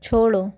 छोड़ो